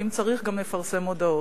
ואם צריך גם נפרסם מודעות.